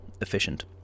efficient